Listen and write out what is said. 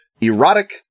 erotic